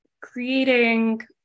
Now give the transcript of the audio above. creating